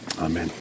Amen